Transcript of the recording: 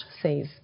says